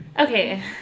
Okay